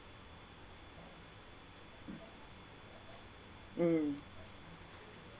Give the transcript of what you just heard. mm